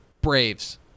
Braves